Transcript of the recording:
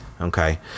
Okay